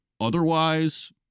otherwise